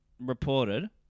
reported